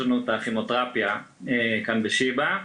לנו יש גם כימותרפיה כאן ב-׳שיבא׳,